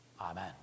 Amen